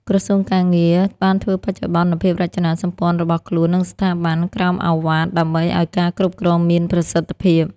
ក្រសួងការងារ បានធ្វើបច្ចុប្បន្នភាពរចនាសម្ព័ន្ធរបស់ខ្លួន និងស្ថាប័នក្រោមឱវាទដើម្បីឱ្យការគ្រប់គ្រងមានប្រសិទ្ធភាព។